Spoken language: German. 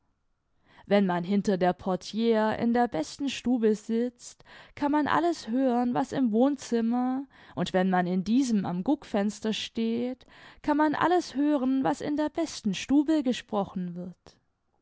wenn man hinter der portiere in der besten stube sitzt kann man alles hören was im wohnzimmer und wenn man in diesem am guckfenster steht kann man alles hören was in der besten stube gesprochen wird